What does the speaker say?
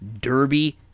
Derby